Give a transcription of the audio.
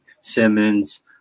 Simmons